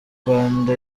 rwanda